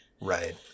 right